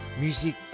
music